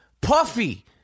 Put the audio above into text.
Puffy